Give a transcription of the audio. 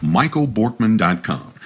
michaelborkman.com